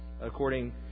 according